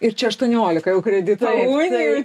ir čia aštuoniolika jau kredito unijų